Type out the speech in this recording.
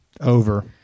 Over